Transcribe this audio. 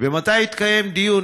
3. מתי התקיים בממשלה דיון,